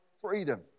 freedom